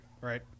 right